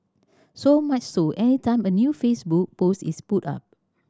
so much so any time a new Facebook post is put up